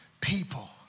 people